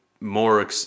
more